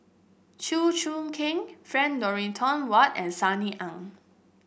Chew Choo Keng Frank Dorrington Ward and Sunny Ang